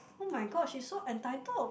oh-my-god she's so entitled